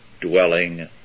dwelling